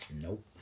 Nope